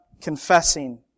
confessing